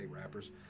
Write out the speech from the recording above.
rappers